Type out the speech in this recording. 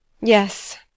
Yes